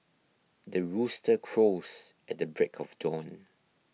the rooster crows at the break of dawn